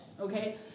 Okay